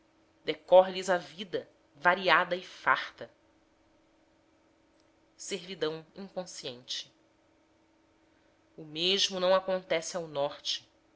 amargo decorre lhes a vida variada e farta servidão inconsciente o mesmo não acontece ao norte